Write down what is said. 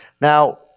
Now